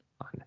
on